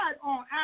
on